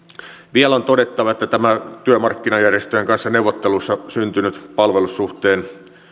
vielä on todettava että tämä työmarkkinajärjestöjen kanssa neuvottelussa syntynyt palvelussuhteen